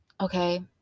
Okay